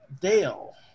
Dale